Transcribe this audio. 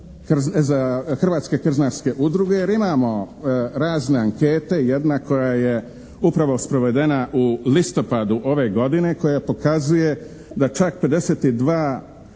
Hrvatske krznarske udruge jer imamo razne ankete. Jedna koja je upravo sprovedena u listopadu ove godine koja pokazuje da čak 52,6%